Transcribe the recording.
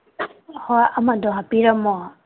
ꯍꯣꯏ ꯑꯃꯗꯣ ꯍꯥꯞꯄꯤꯔꯝꯃꯣ